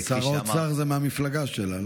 שר האוצר, זה מהמפלגה שלה.